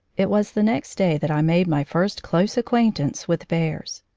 it was the next day that i made my first close acquaintance with bears.